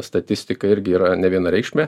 statistika irgi yra nevienareikšmė